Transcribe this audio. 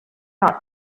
not